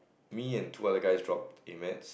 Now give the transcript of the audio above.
me and two other guys dropped A-maths